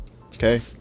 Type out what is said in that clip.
okay